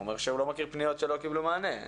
הוא אומר שהוא לא מכיר פניות שלא קיבלנו מענה.